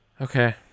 Okay